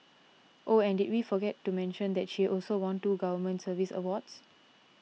oh and did we forget to mention that she also won two government service awards